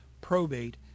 probate